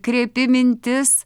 kreipi mintis